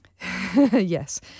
Yes